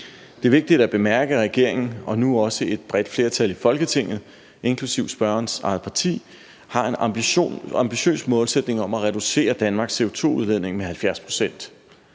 Det er vigtigt at bemærke, at regeringen og nu også et bredt flertal i Folketinget, inklusive spørgerens eget parti, har en ambitiøs målsætning om at reducere Danmarks CO2-udledning med 70 pct.